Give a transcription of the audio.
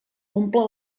omple